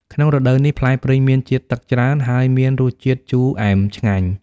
ក្នុងរដូវនេះ ផ្លែព្រីងមានជាតិទឹកច្រើន ហើយមានរសជាតិជូរអែមឆ្ងាញ់។